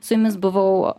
su jumis buvau